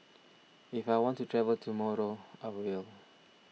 if I want to travel tomorrow I will